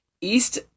East